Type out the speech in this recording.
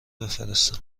بفرستم